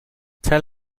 tell